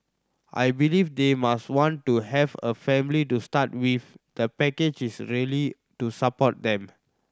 I believe they must want to have a family to start with the package is really to support them